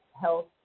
health